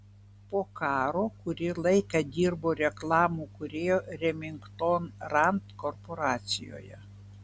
po karo kurį laiką dirbo reklamų kūrėju remington rand korporacijoje